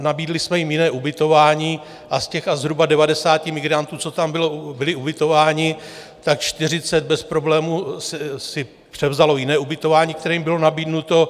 Nabídli jsme jim jiné ubytování a z těch zhruba devadesáti migrantů, co tam byli ubytováni, čtyřicet bez problémů si převzalo jiné ubytování, které jim bylo nabídnuto.